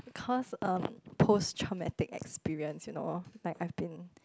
cause um post traumatic experience you know like I've been